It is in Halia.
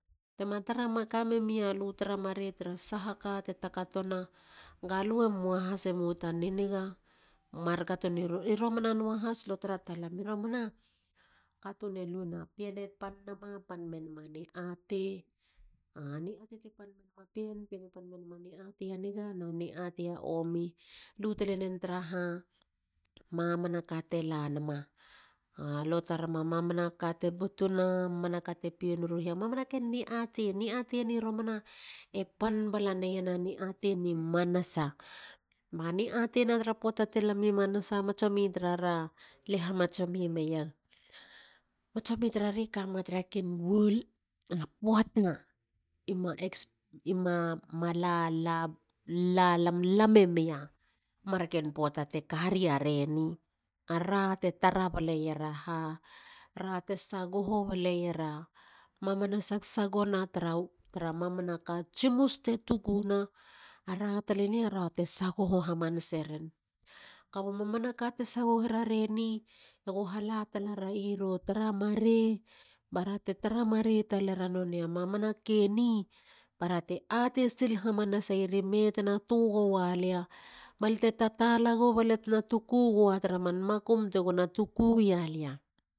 Tema ka memilu a. tarama tara sahaka te takatona galue moa has mo ta niganiga. i romana a pien e pan mena niatei a niga. na ni atei a omi. lu talenen tara mamanaka tte lanama. Niatei ni romana pan bala neiena ni atei ni manasa. A ra te sagoherra mamana ka tsimus te butuna. gaba mamana ka te sagoherareni e go hala tala ra i ra a tara marei talara mamana ke ni bara te atei sil hamanaseier i me tena lu gowa lia. balte tatala go balia tena tuku gowa tara man makum togo na tuku ia lia.